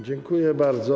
Dziękuję bardzo.